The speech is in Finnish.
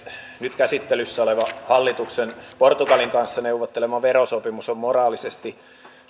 nyt käsittelyssä oleva hallituksen portugalin kanssa neuvottelema verosopimus on moraalisesti